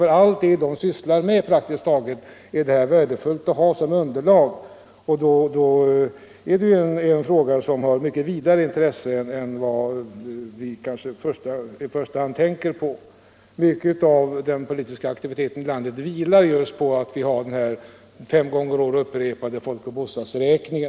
För praktiskt taget allt som de sysslar med är dessa uppgifter värdefulla som underlag. Uppgifterna har alltså ett mycket vidare intresse än vad vi kanske i förstone tänker oss. Mycket av den politiska aktiviteten i landet bygger på att vi har denna vart femte år upprepade folkoch bostadsräkning.